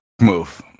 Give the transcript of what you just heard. move